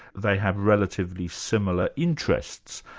they have relatively similar interests,